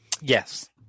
Yes